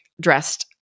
dressed